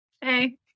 Hey